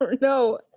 no